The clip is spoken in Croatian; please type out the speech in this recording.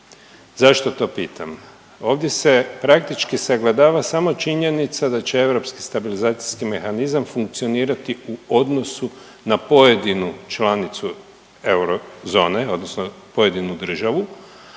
Zašto to pitam? Ovdje se praktički sagledava samo činjenica da će Europski stabilizacijski mehanizam funkcionirati u odnosu na pojedinu članicu eurozone odnosno pojedinu državu,